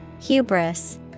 Hubris